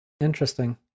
Interesting